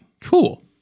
Cool